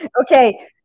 Okay